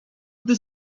gdy